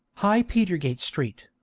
high petergate street.